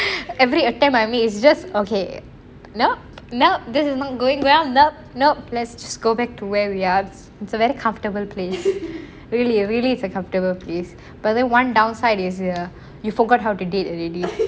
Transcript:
every attempt by me is just okay no no this is not going well nope nope let's go back to where we are it's a very comfortable place really really it's a comfortable place but then one downside is err you forgot how to date already